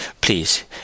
Please